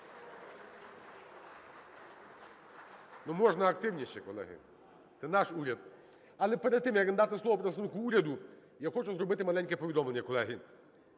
Ну, можна активніше, колеги. Це наш уряд. Але перед тим як надати слово представнику уряду я хочу зробити маленьке повідомлення, колеги.